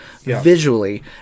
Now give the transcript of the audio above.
visually